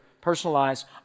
personalized